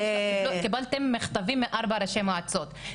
קיבלתם מכתבים מארבע ראשי המועצות,